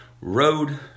road